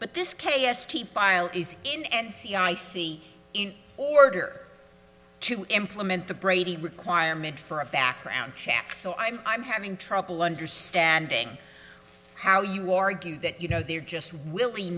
but this k s t file is in and c i see in order to implement the brady requirement for a background check so i'm i'm having trouble understanding how you argue that you know they're just willy